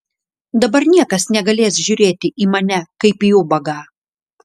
dabar niekas negalės žiūrėti į mane kaip į ubagą